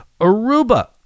Aruba